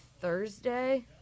thursday